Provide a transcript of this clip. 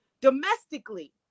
domestically